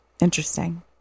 Interesting